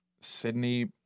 Sydney